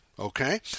Okay